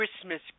Christmas